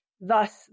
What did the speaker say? thus